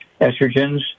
estrogens